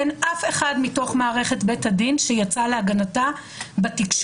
אין אף אחד מתוך מערכת בית הדין שיצא להגנתה בתקשורת.